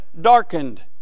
darkened